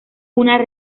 una